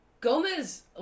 Gomez